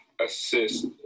assist